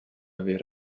aver